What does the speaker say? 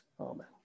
Amen